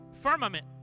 firmament